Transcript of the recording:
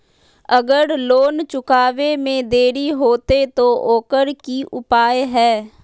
अगर लोन चुकावे में देरी होते तो ओकर की उपाय है?